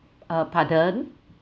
uh pardon